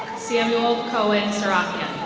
samuel kohen serrapkan.